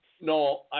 no